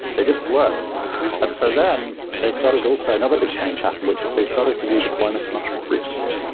they just worked and so then they started also another big change happened, which is they started to do deployments much more frequently.